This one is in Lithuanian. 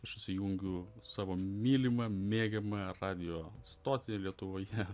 aš įsijungiu savo mylimą mėgiamą radijo stotį lietuvoje